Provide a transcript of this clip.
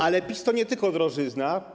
Ale PiS to nie tylko drożyzna.